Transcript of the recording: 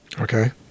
Okay